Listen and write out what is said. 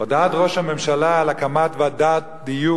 הודעת ראש הממשלה על הקמת ועדות לדיור